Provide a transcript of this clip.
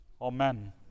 Amen